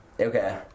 Okay